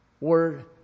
word